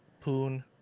Poon